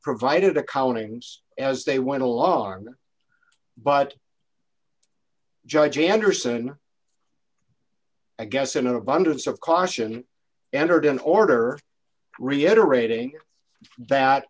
provided accountings as they went along arm but judge anderson a guess in an abundance of caution entered an order reiterating that